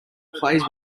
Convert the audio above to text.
plays